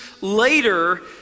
later